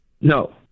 No